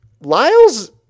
Lyle's